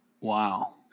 Wow